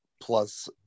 plus